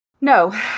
No